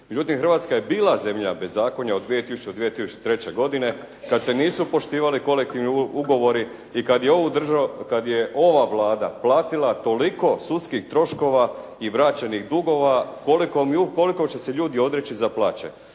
Međutim, Hrvatska je bila zemlja bezakonja od 2000. do 2003. godine kad se nisu poštivali kolektivni ugovori i kad je ova Vlada platila toliko sudskih troškova i vraćenih dugova koliko će se ljudi odreći za plaće.